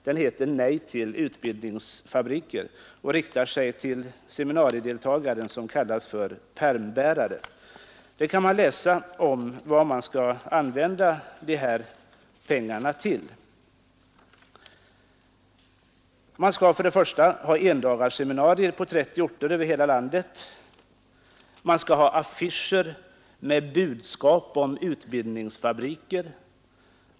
Den heter ”Nej till utbildningsfabriker” och riktar sig till seminariedeltagaren, som kallas för pärmbäraren, Där kan vi läsa om vad man skall använda dessa pengar till. Man skall ha endagsseminarier på 30 orter över hela landet. Man skall ha affischer med budskap om utbildningsfabriker.